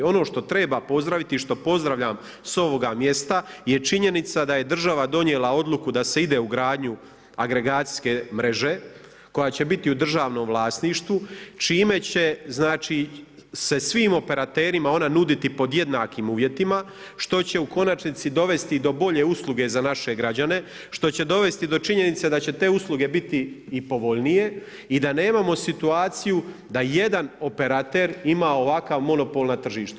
Ono što treba pozdraviti i što pozdravljam s ovoga mjesta je činjenica da je država donijela odluku da se ide u gradnju agregacijske mreže koja će biti u državnom vlasništvu, čime će znači, se svim operaterima ona nuditi pod jednakim uvjetima, što će u konačnici dovesti do bolje usluge za naše građane, što će dovesti do činjenice da će te usluge biti i povoljnije i da nemamo situaciju da jedan operater ima ovakav monopol na tržištu.